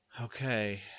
Okay